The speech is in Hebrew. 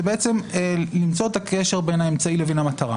זה למצוא את הקשר בין האמצעי לבין המטרה.